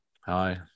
hi